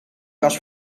was